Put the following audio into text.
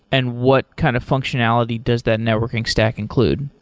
and what kind of functionality does that networking stack include?